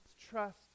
trust